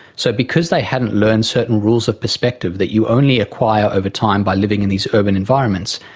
so because they hadn't learned certain rules of perspective that you only acquire over time by living in these urban environments,